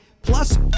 plus